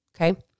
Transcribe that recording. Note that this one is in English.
Okay